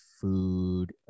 food